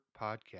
Podcast